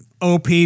OP